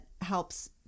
helps